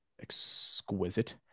Exquisite